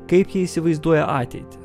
kaip jie įsivaizduoja ateitį